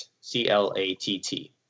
c-l-a-t-t